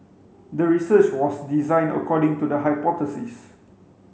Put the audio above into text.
the research was designed according to the hypothesis